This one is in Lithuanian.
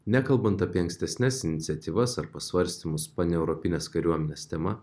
nekalbant apie ankstesnes iniciatyvas ar pasvarstymus paneuropinės kariuomenės tema